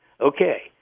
Okay